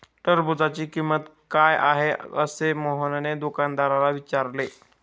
टरबूजाची किंमत काय आहे असे मोहनने दुकानदाराला विचारले?